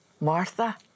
Martha